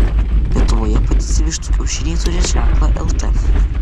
lietuvoje padėti vištų kiaušiniai turės ženklą lt